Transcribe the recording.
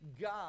God